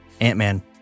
Ant-Man